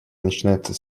начнется